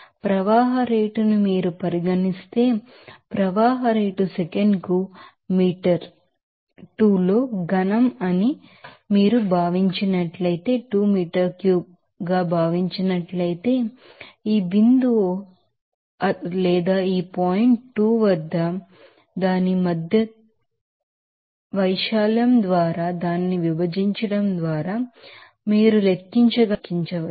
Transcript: flow rate ను మీరు పరిగణిస్తేఫ్లో రేట్ సెకనుకు మీటర్ 2లో సాలిడ్ అని మీరు భావించినట్లయితే ఈ పాయింట్ 2 వద్ద దాని క్రాస్ సెక్షనల్ ఏరియా మధ్యచ్ఛేద వైశాల్యం ద్వారా దానిని విభజించడం ద్వారా మీరు లెక్కించగల వేగాన్ని లెక్కించవచ్చు